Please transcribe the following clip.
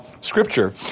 scripture